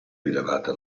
rilevata